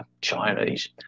Chinese